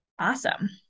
Awesome